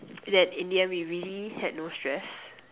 then in the end we really had no stress